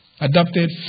adopted